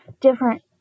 different